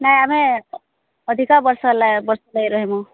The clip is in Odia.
ନାଇଁ ଆମେ ଅଧିକା ବର୍ଷ ହେଲା ରହିମୁଁ